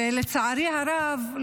ולצערי הרב,